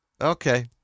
Okay